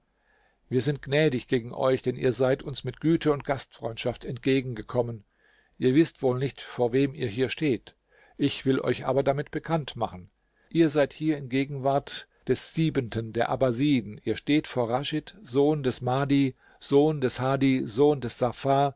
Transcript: wir sind gnädig gegen euch denn ihr seid uns mit güte und gastfreundschaft entgegen gekommen ihr wißt wohl nicht vor wem ihr hier steht ich will euch aber damit bekannt machen ihr seid hier in gegenwart des siebenten der abbasiden ihr steht vor raschid sohn des mahdi sohn des hadi sohn des